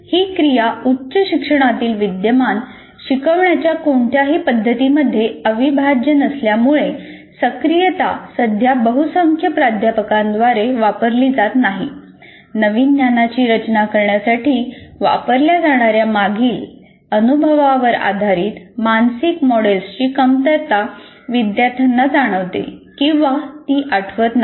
ही क्रिया उच्च शिक्षणातील विद्यमान शिकवण्याच्या कोणत्याही पद्धतींमध्ये अविभाज्य नसल्यामुळे सक्रियता सध्या बहुसंख्य प्राध्यापकांद्वारे वापरली जात नाही नवीन ज्ञानाची रचना करण्यासाठी वापरल्या जाणार्या मागील अनुभवावर आधारित मानसिक मॉडेल्सची कमतरता विद्यार्थ्यांना जाणवते किंवा ती आठवत नाही